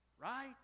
Right